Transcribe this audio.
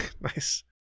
Nice